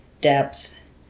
depth